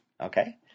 Okay